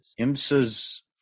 IMSA's